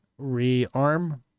rearm